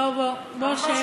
בוא, בוא, בוא שב.